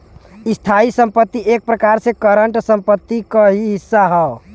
स्थायी संपत्ति एक प्रकार से करंट संपत्ति क ही हिस्सा हौ